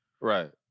Right